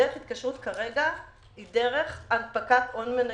דרך ההתקשרות כרגע היא דרך הנפקת הון מניות.